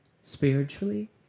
Spiritually